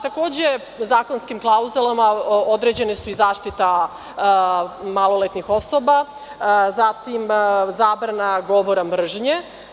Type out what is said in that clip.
Takođe, zakonskim klauzalama određene i zaštita maloletnih osoba, zatim zabrana govora mržnje.